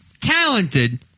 talented